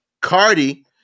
Cardi